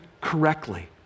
correctly